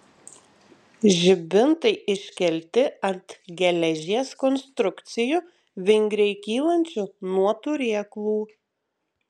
žibintai iškelti ant geležies konstrukcijų vingriai kylančių nuo turėklų